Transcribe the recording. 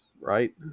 right